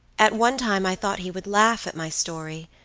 at one time i thought he would laugh at my story,